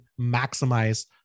maximize